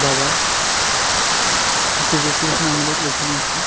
বাবা পূর্বপুরুষেরা আমাদের ওইখানে একটা